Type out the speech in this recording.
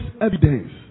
evidence